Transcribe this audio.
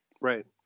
right